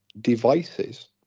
devices